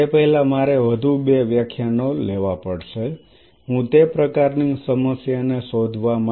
તે પહેલા મારે વધુ બે વ્યાખ્યાનો લેવા પડશે હું તે પ્રકારની સમસ્યાને શોધવા માટે